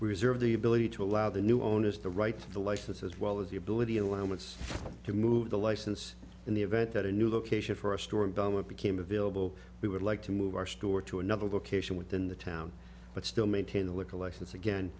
reserve the ability to allow the new owners the rights of the license as well as the ability alignments to move the license in the event that a new location for a storm damage became available we would like to move our store to another location within the town but still maintain the liquor license again